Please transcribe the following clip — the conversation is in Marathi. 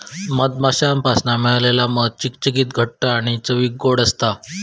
मधमाश्यांपासना मिळालेला मध चिकचिकीत घट्ट आणि चवीक ओड असता